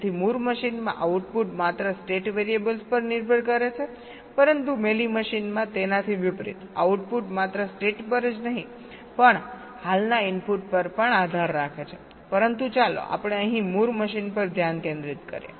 તેથી મૂર મશીનમાં આઉટપુટ માત્ર સ્ટેટ વેરિયેબલ્સ પર નિર્ભર કરે છે પરંતુ મેલી મશીનમાં તેનાથી વિપરીત આઉટપુટ માત્ર સ્ટેટ પર જ નહીં પણ હાલના ઇનપુટ પર પણ આધાર રાખે છે પરંતુ ચાલો આપણે અહીં મૂર મશીન પર ધ્યાન કેન્દ્રિત કરીએ